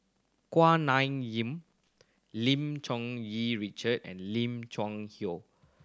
Kuak Nam Jin Lim Cherng Yih Richard and Lim Cheng Hoe